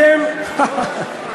אתה הזוי.